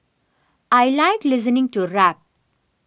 I like listening to rap